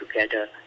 together